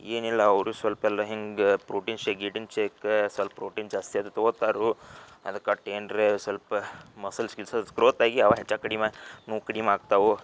ಏನಿಲ್ಲ ಅವರು ಸಲ್ಪ ಎಲ್ಲ ಹಿಂಗೆ ಪ್ರೊಟೀನ್ ಶೇಕ್ ಗೀಟಿನ್ ಶೇಕ ಸ್ವಲ್ಪ ಪ್ರೊಟೀನ್ ಜಾಸ್ತಿ ಅದು ತೊಗೊತಾರೆ ಅದು ಕಟ್ ಎನರೆ ಅದು ಸ್ವಲ್ಪ ಮಸಲ್ಸ್ ಗಿಸಲ್ಸ್ ಗ್ರೋತ್ ಆಗಿ ಅವು ಹೆಚ್ಚು ಕಡಿಮೆ ನೋವು ಕಡಿಮೆ ಆಗ್ತವೆ